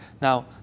Now